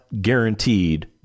guaranteed